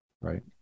right